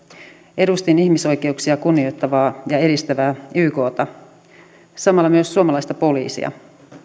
edustin ihmisoikeuksia kunnioittavaa ja edistävää ykta samalla myös suomalaista poliisia